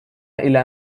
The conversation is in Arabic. إلى